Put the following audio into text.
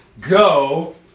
Go